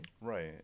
Right